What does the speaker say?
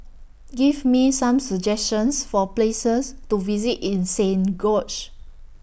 Give Me Some suggestions For Places to visit in Saint George's